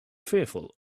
fearful